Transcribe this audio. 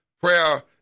Prayer